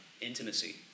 intimacy